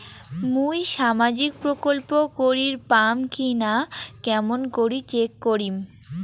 মুই সামাজিক প্রকল্প করির পাম কিনা কেমন করি চেক করিম?